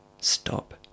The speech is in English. Stop